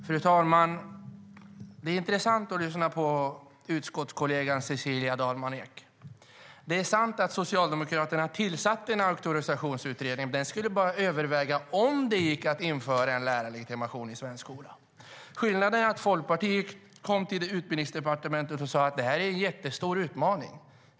Fru talman! Det är intressant att lyssna på utskottskollegan Cecilia Dalman Eek. Det är sant att Socialdemokraterna tillsatte en auktorisationsutredning. Den skulle bara överväga om det gick att införa en lärarlegitimation i svensk skola. Skillnaden är att Folkpartiet kom till Utbildningsdepartementet och sade att det är en stor utmaning.